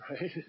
right